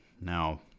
Now